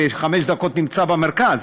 בחמש דקות נמצא במרכז,